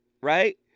right